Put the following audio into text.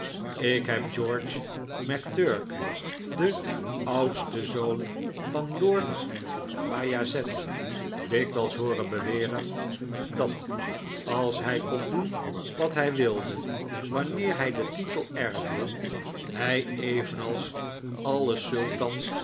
ik heb george macturk den oudsten zoon van lord bajazet dikwijls hooren beweren dat als hij kon doen wat hij wilde wanneer hij den titel erfde hij evenals alle